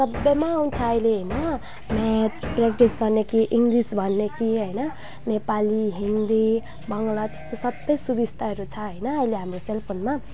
सबैमा आउँछ अहिले होइन म्याथ प्रेक्टिस गर्ने कि इङ्ग्लिस भन्ने कि होइन नेपाली हिन्दी बङ्गला त्यस्तो सबै सुबिस्ताहरू छ होइन अहिले हाम्रो सेलफोनमा